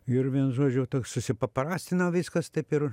ir vienu žodžiu toks susipaprastino viskas taip ir